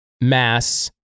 mass